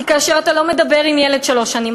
כי כאשר אתה לא מדבר עם ילד שלוש שנים,